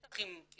בטח אם זה